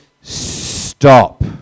stop